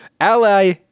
Ally